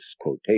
quotation